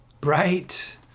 bright